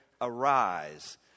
arise